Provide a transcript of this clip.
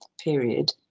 period